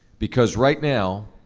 because right now,